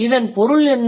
இதன் பொருள் என்ன